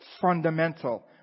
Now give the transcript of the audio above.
fundamental